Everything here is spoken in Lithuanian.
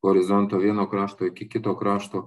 horizonto vieno krašto iki kito krašto